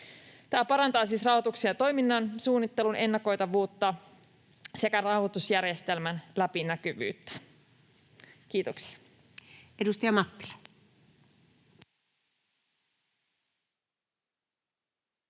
Tämä parantaa siis rahoituksen ja toiminnan suunnittelun ennakoitavuutta sekä rahoitusjärjestelmän läpinäkyvyyttä. — Kiitoksia.